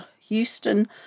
Houston